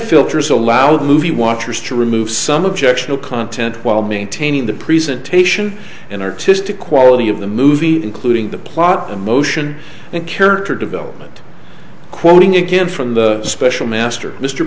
filters allowed movie watchers to remove some objectional content while maintaining the presentation in artistic quality of the movie including the plot emotion and character development quoting again from the special master mr